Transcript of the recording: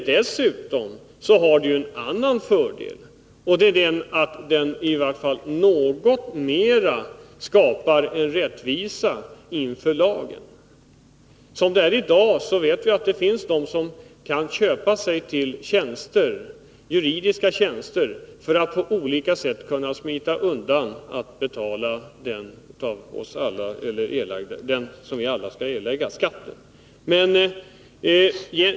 Dessutom har detta den fördelen att det i varje fall skapas något mera rättvisa, något mera likhet inför lagen. Som det är i dag finns det personer som kan köpa juridiska tjänster för att på olika sätt kunna smita undan skatten som vi alla har att erlägga.